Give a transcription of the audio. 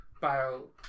bio